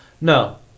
No